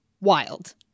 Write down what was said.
Wild